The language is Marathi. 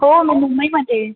हो मी मुंबईमध्ये आहे